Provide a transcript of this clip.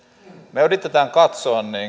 me yritämme katsoa